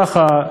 ככה,